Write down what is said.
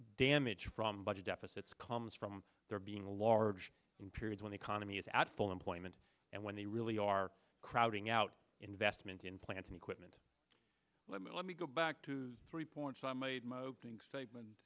damage from budget deficits comes from there being a large period when the economy is at full employment and when they really are crowding out investment in plant and equipment let me let me go back to the three points i made my opening statement